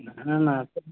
ନା ନା